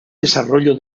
desarrollo